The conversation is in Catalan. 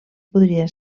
podria